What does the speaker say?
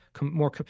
more